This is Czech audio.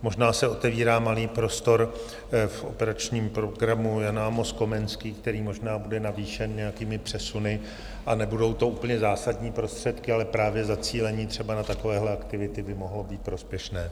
Možná se otevírá malý prostor v Operačním programu Jan Amos Komenský, který možná bude navýšen nějakými přesuny nebudou to úplně zásadní prostředky, ale právě zacílení třeba na takovéhle aktivity by mohlo být prospěšné.